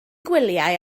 gwelyau